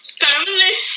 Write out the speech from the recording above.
family